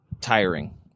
Tiring